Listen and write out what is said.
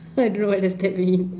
I don't know what does that mean